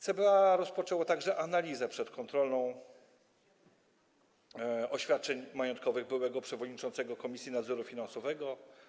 CBA rozpoczęło także analizę przedkontrolną oświadczeń majątkowych byłego przewodniczącego Komisji Nadzoru Finansowego.